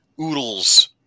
oodles